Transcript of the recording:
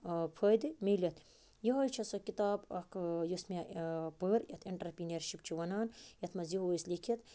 آ فٲیِدٕ میٖلِتھ یِوٚہے چھےٚ سۄ کِتاب اَکھ یُس مےٚ پٔر یَتھ انٹَرپِینَرشِپ چھِ وَنان یَتھ منٛز یہِ اوس لیکھِتھ